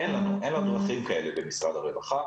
אין לנו דרכים כאלה במשרד הרווחה,